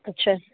अच्छा